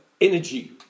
energy